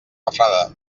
refredar